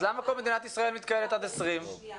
למה כל מדינת ישראל מתקהלת עד 20 אנשים?